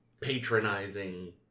patronizing